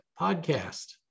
podcast